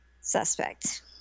Suspect